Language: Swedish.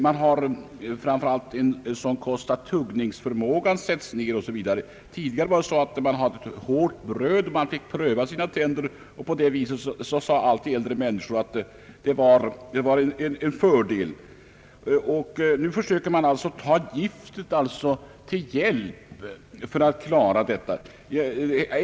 Man har nu en sådan kost att tuggningsförmågan sätts ner. Tidigare fick man pröva sina tänder på hårt bröd, och äldre människor sade att det var en fördel, Nu försöker man alltså ta giftet till hjälp för att motverka tandrötan.